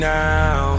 now